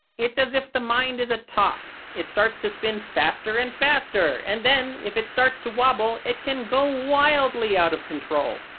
it's as if the mind is a top it starts to spin faster and faster and then, if it starts to wobble, it can go wildly out of control.